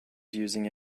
using